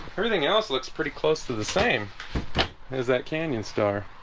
everything else looks pretty close to the same as that canyon star